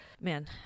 man